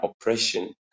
oppression